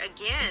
again